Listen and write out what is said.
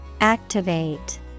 Activate